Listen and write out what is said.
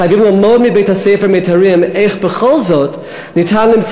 חייבים ללמוד מבית-הספר "מיתרים" איך בכל זאת ניתן למצוא